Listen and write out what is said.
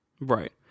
Right